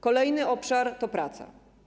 Kolejny obszar to praca.